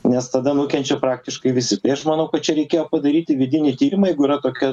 nes tada nukenčia praktiškai visi tai aš manau kad čia reikėjo padaryti vidinį tyrimą jeigu yra tokia